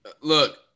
Look